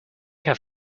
have